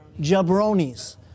Jabronis